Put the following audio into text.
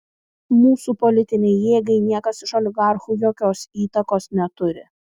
mūsų politinei jėgai niekas iš oligarchų jokios įtakos neturi